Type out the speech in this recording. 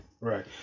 Right